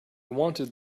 wanted